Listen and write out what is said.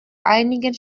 einigen